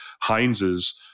Heinz's